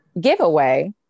giveaway